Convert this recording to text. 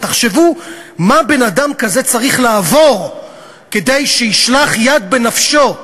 תחשבו מה בן-אדם כזה צריך לעבור כדי שישלח יד בנפשו,